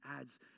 adds